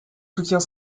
soutient